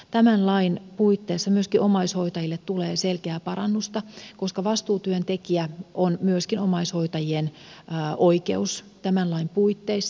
tämän lain puitteissa myöskin omaishoitajille tulee selkeää parannusta koska vastuutyöntekijä on myöskin omaishoitajien oikeus tämän lain puitteissa